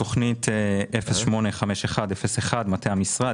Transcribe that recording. תוכנית 0851/01 מטה המשרד,